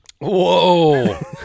Whoa